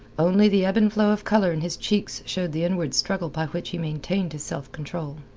only the ebb and flow of colour in his cheeks showed the inward struggle by which he maintained his self-control.